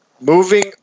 Moving